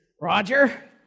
Roger